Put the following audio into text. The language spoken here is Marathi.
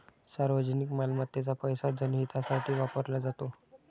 सार्वजनिक मालमत्तेचा पैसा जनहितासाठी वापरला जातो